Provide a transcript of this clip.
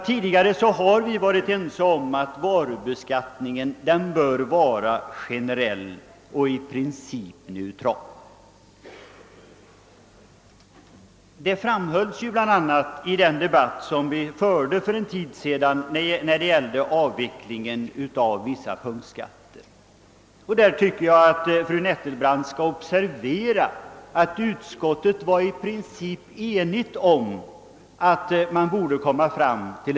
Tidigare har vi varit ense om att varubeskattningen bör vara generell och i princip neutral, vilket framhölls för en tid sedan i bl.a. debatten om avveckling av vissa punktskatter. Jag tycker att fru Nettelbrandt skall observera att utskottet i princip var enigt om att en avveckling borde ske.